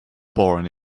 born